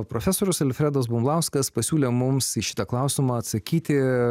profesorius alfredas bumblauskas pasiūlė mums į šitą klausimą atsakyti